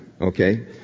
okay